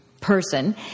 person